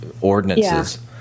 ordinances